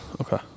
Okay